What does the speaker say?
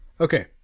Okay